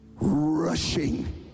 rushing